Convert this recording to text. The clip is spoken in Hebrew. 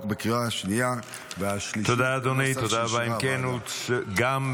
בקריאות השנייה והשלישית בנוסח שאישרה הוועדה.